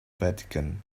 vatican